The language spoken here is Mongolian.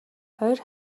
ойр